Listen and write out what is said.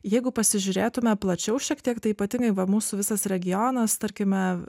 jeigu pasižiūrėtume plačiau šiek tiek tai ypatingai va mūsų visas regionas tarkime